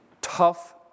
Tough